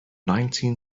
nineteen